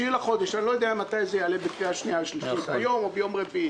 אני לא יודע מתי זה יעלה בקריאה שנייה ושלישית היום או ביום רביעי.